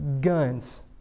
guns